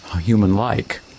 human-like